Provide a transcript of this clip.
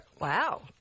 Wow